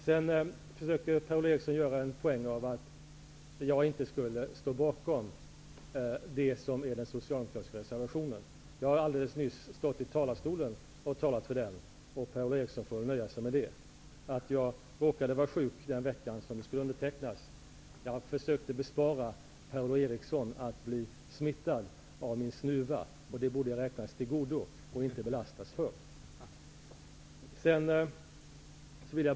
Per-Ola Eriksson försökte göra en poäng av att jag inte skulle stå bakom den socialdemokratiska reservationen. Jag har alldeles nyss stått i talarstolen och talat för den. Per-Ola Eriksson får väl nöja sig med det. Jag råkade vara sjuk den vecka då reservationen skulle undertecknas. Jag försökte bespara Per-Ola Eriksson att bli smittad av min snuva. Det borde jag räknas till godo och inte belastas för.